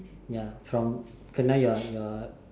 ya from kena you're you're